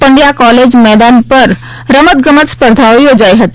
Pandya college મેદાન ઉપર રમતગમત સ્પર્ધાઓ યોજાઈ હતી